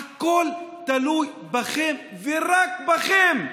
הכול תלוי בכם ורק בכם.